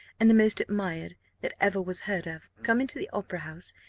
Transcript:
and the most admired that ever was heard of, come into the opera-house,